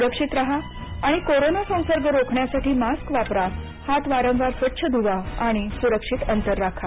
सुरक्षित राहा आणि कोरोना संसर्ग रोखण्यासाठी मास्क वापरा हात वारंवार स्वच्छ धुवा आणि सुरक्षित अंतर राखा